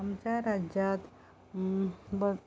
आमच्या राज्यांत